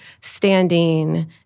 standing